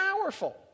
powerful